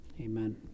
Amen